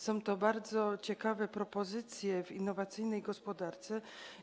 Są to bardzo ciekawe propozycje dla innowacyjnej gospodarki.